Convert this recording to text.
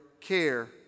care